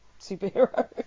superhero